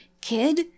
Kid